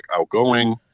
outgoing